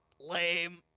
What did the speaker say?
Lame